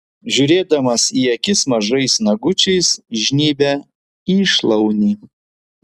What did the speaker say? žiūrėdamas į akis mažais nagučiais žnybia į šlaunį